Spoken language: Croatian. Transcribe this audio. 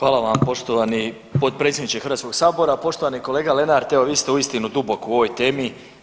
Hvala vam poštovani potpredsjedniče Hrvatskog sabora, poštovani kolega Lenart evo vi ste uistinu duboko u ovoj temi.